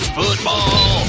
football